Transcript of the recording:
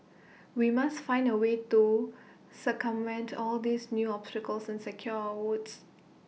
we must find A way to circumvent all these new obstacles and secure our votes